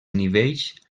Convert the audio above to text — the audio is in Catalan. nivells